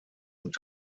und